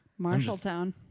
Marshalltown